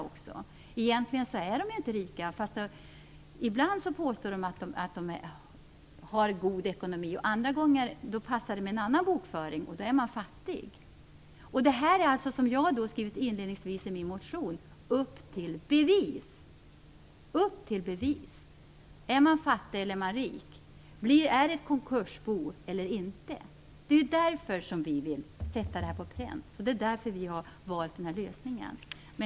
Man påstår ibland att reaktorägarna har god ekonomi. Andra gånger passar det med en annan bokföring, och då är de fattiga. Som jag inlednings vis skrivit i min motion: Upp till bevis! Är man fattig, eller är man rik? Är man ett konkursbo eller inte? Det är mot denna bakgrund som vi har satt våra resonemang på pränt och valt den av oss föreslagna lösningen.